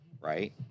Right